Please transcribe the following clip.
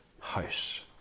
house